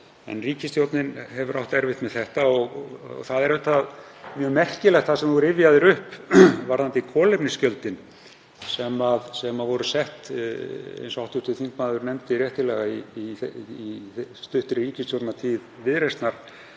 en ríkisstjórnin hefur átt erfitt með þetta. Það er auðvitað mjög merkilegt sem hv. þingmaður rifjaði upp varðandi kolefnisgjöldin sem voru sett, eins og hann nefndi réttilega, í stuttri ríkisstjórnartíð Viðreisnar